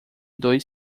dois